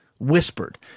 Whispered